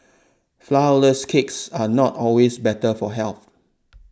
Flourless Cakes are not always better for health